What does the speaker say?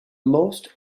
most